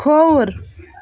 کھووُر